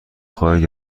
خواهید